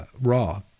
Raw